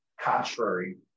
contrary